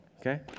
okay